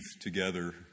together